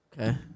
Okay